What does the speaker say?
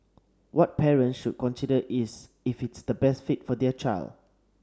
what parents should consider is if it is the best fit for their child